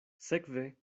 sekve